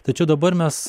tačiau dabar mes